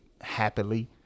happily